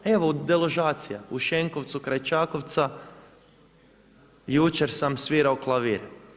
Evo deložacija u Šenkovcu kraj Čakovca jučer sam svirao klavir.